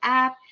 app